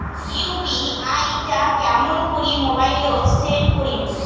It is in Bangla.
ইউ.পি.আই টা কেমন করি মোবাইলত সেট করিম?